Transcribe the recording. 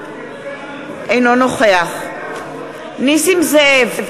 אינו נוכח נסים זאב,